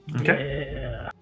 Okay